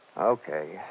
Okay